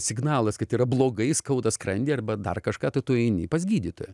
signalas kad yra blogai skauda skrandį arba dar kažką tai tu eini pas gydytoją